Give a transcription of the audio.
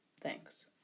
Thanks